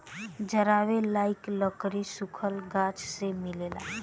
जरावे लायक लकड़ी सुखल गाछ से मिलेला